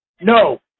No